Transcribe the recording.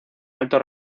alto